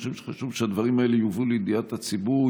אני חושב שחשוב שהדברים האלה יובאו לידיעת הציבור,